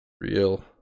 real